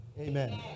amen